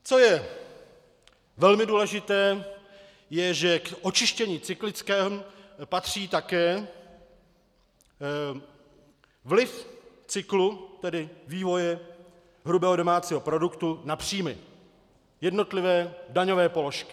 Co je velmi důležité, je, že k očištění cyklickému patří také vliv cyklu, tedy vývoje hrubého domácího produktu, na příjmy, jednotlivé daňové položky.